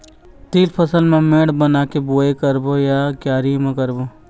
तील फसल ला मेड़ बना के बुआई करबो या क्यारी म करबो?